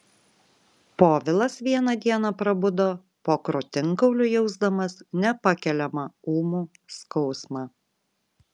povilas vieną dieną prabudo po krūtinkauliu jausdamas nepakeliamą ūmų skausmą